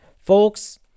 Folks